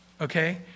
Okay